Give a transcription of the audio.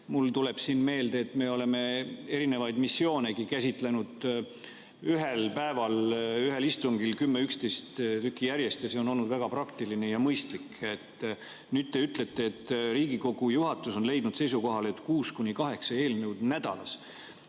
Mulle tuleb meelde, et me oleme erinevaid missioonegi käsitlenud ühel päeval, ühel istungil 10 või 11 tükki järjest. See on olnud väga praktiline ja mõistlik. Nüüd te ütlete, et Riigikogu juhatus on asunud seisukohale, et võiks olla